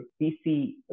pc